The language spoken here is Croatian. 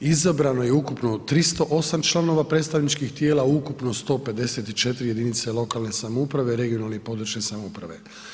Izabrano je ukupno 308 članova predstavničkih tijela u ukupno 154 jedinice lokalne samouprave, regionalne i područne samouprave.